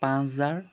পাঁচ হাজাৰ